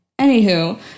anywho